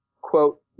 quote